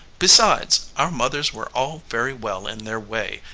besides, our mothers were all very well in their way,